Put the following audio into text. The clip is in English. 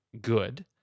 good